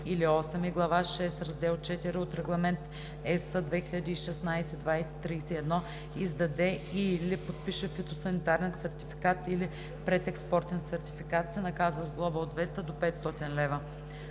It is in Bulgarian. или 8 и глава VI, раздел 4 от Регламент (ЕС) 2016/2031 издаде и/или подпише фитосанитарен сертификат или предекспортен сертификат се наказва с глоба от 200 до 500 лв.